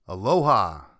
Aloha